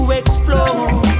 explode